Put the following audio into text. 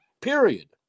period